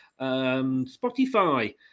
Spotify